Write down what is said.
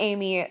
Amy